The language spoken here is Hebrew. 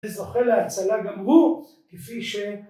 זה זוכה להצלה גם הוא כפי ש...